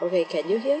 okay can you hear